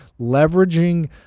leveraging